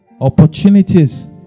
Opportunities